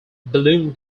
balloon